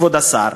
כבוד השר,